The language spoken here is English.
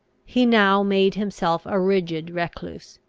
he now made himself a rigid recluse.